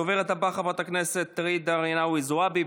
הדוברת הבאה, חברת הכנסת ג'ידא רינאוי זועבי.